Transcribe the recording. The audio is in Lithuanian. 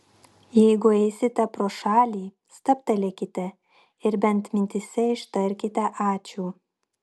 jeigu eisite pro šalį stabtelėkite ir bent mintyse ištarkite ačiū